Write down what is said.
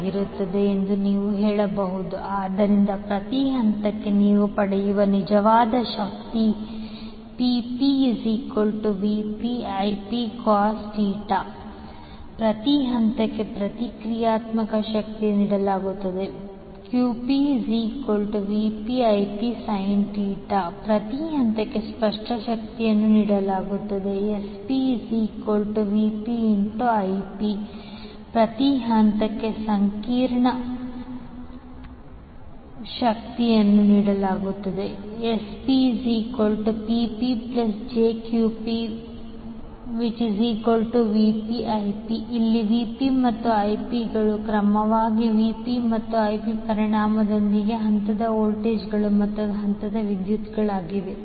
ಆಗಿರುತ್ತದೆ ಎಂದು ನೀವು ಹೇಳಬಹುದು ಆದ್ದರಿಂದ ಪ್ರತಿ ಹಂತಕ್ಕೆ ನೀವು ಪಡೆಯುವ ನಿಜವಾದ ಶಕ್ತಿ PpVpIp ಪ್ರತಿ ಹಂತಕ್ಕೆ ಪ್ರತಿಕ್ರಿಯಾತ್ಮಕ ಶಕ್ತಿಯನ್ನು ನೀಡಲಾಗುತ್ತದೆ QpVpIpsin ಪ್ರತಿ ಹಂತಕ್ಕೆ ಸ್ಪಷ್ಟ ಶಕ್ತಿಯನ್ನು ನೀಡಲಾಗುತ್ತದೆ SpVpIp ಪ್ರತಿ ಹಂತಕ್ಕೆ ಸಂಕೀರ್ಣ ಶಕ್ತಿಯನ್ನು ನೀಡಲಾಗುತ್ತದೆ SpPpjQpVpIp ಇಲ್ಲಿ Vp ಮತ್ತು Ip ಗಳು ಕ್ರಮವಾಗಿ Vp ಮತ್ತು Ip ಪರಿಮಾಣದೊಂದಿಗೆ ಹಂತದ ವೋಲ್ಟೇಜ್ಗಳು ಮತ್ತು ಹಂತದ ವಿದ್ಯುತ್ಗಳಾಗಿವೆ